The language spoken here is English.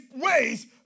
ways